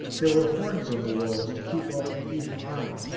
there were horns on the walls to keep off the evil eye,